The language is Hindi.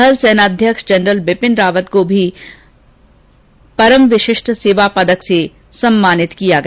थल सेनाध्यक्ष जनरल बिपिन रोवत को भी परम विशिष्ट सेवा पदक से सम्मानित किया गया